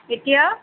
কেতিয়া